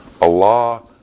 Allah